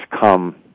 come